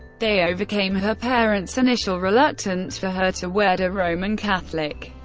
they overcame her parents' initial reluctance for her to wed a roman catholic,